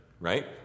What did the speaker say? right